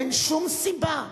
אין שום סיבה.